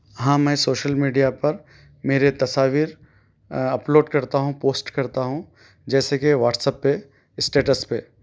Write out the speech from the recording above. ہاں میں social media پر میرے تصاویر اپلوڈ کرتا ہوں پوسٹ کرتا ہوں جیسے کہ واٹس اپ پہ اسٹیٹس پہ